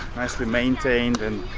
nicely maintained and.